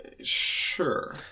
sure